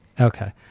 Okay